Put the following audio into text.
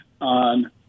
on